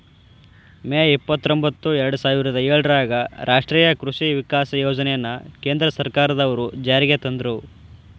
ಮೇ ಇಪ್ಪತ್ರೊಂಭತ್ತು ಎರ್ಡಸಾವಿರದ ಏಳರಾಗ ರಾಷ್ಟೇಯ ಕೃಷಿ ವಿಕಾಸ ಯೋಜನೆನ ಕೇಂದ್ರ ಸರ್ಕಾರದ್ವರು ಜಾರಿಗೆ ತಂದ್ರು